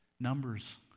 Numbers